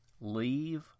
leave